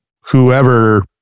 whoever